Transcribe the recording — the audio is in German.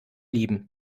lieben